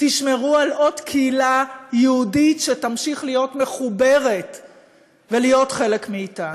תשמרו על עוד קהילה יהודית שתמשיך להיות מחוברת ולהיות חלק מאתנו.